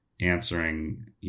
answering